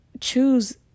choose